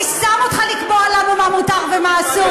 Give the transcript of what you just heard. מי שם אותך לקבוע לנו מה מותר ומה אסור?